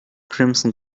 crimson